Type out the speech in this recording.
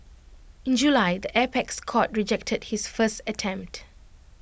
in July the apex court rejected his first attempt